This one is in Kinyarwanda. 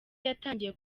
yatangiye